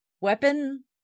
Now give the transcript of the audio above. weapon